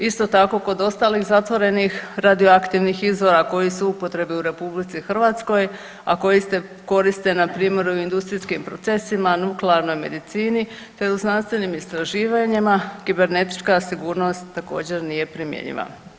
Isto tako, kod ostalih zatvorenih radioaktivnih izvora koji su u upotrebu u RH, a koji se koriste npr. u industrijskim procesima, nuklearnoj medicini te u znanstvenim istraživanjima kibernetička sigurnost također nije primjenjiva.